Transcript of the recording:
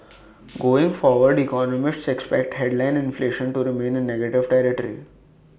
going forward economists expect headline inflation to remain in negative territory